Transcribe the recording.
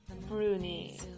Bruni